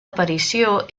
aparició